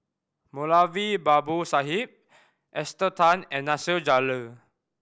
Moulavi Babu Sahib Esther Tan and Nasir Jalil